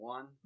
One